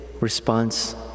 response